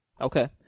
Okay